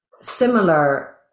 similar